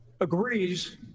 agrees